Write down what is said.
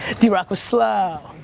drock was slow.